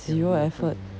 zero effort